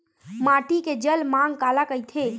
माटी के जलमांग काला कइथे?